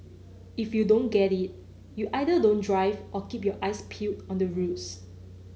if you don't get it you either don't drive or keep your eyes peeled on the roads